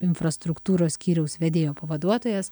infrastruktūros skyriaus vedėjo pavaduotojas